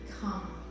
Come